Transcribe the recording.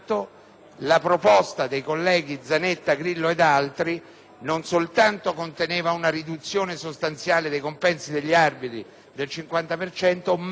la proposta dei senatori Zanetta, Grillo ed altri non soltanto conteneva una riduzione sostanziale dei compensi degli arbitri del 50 per